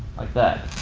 like that.